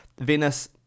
Venus